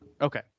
Okay